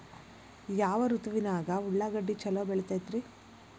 ಯಾವ ಋತುವಿನಾಗ ಉಳ್ಳಾಗಡ್ಡಿ ಛಲೋ ಬೆಳಿತೇತಿ ರೇ?